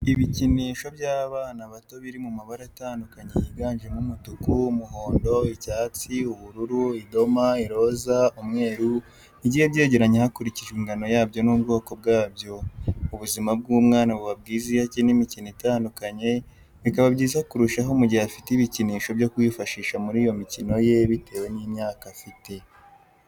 Ibikinisho by'abana bato biri mu mabara atandukanye yiganjemo umutuku, umuhondo, icyatsi ,ubururu , idoma , iroza, umweru, bigiye byegeranye hakurikijwe ingano yabyo n'ubwokobwabyo ubuzima bw'umwana buba bwiza iyo akina imikino itandukanye, bikaba byiza kurushaho mu gihe afite ibikinisho byo kwifashisha muri iyo mikino ye bitewe n'imyaka afite.